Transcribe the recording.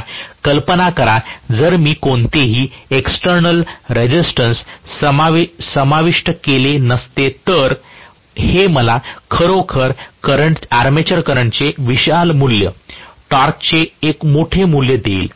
कृपया कल्पना करा जर मी कोणतेही एक्सटेर्नल रेसिस्टन्स समाविष्ट केले नसते तर हे मला खरोखर आर्मेचर करंटचे विशाल मूल्य टॉर्कचे एक मोठे मूल्य देईल